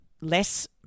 less